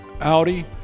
Audi